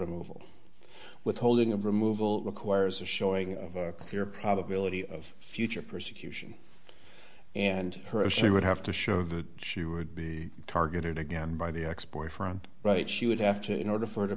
all withholding of removal requires a showing of clear probability of future persecution and her she would have to show that she would be targeted again by the ex boyfriend right she would have to in order for it to